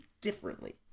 differently